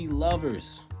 Lovers